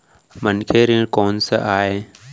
मनखे ऋण कोन स आय?